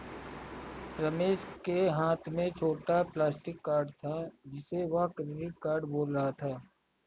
रमेश के हाथ में छोटा प्लास्टिक कार्ड था जिसे वह क्रेडिट कार्ड बोल रहा था